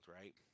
right